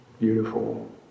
beautiful